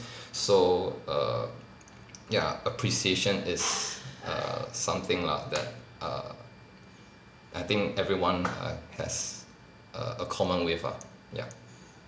so err ya appreciation is err something lah that err I think everyone err has err a common with ah ya